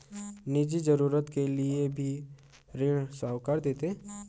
निजी जरूरत के लिए भी ऋण साहूकार देते हैं